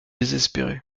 désespérée